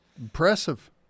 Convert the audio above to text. impressive